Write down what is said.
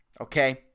okay